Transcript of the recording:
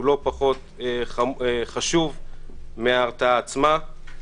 הוא לא פחות חשוב מההרתעה עצמה.